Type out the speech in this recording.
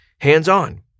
hands-on